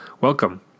welcome